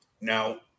Now